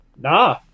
nah